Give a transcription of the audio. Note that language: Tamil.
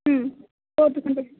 ம்